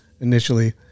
initially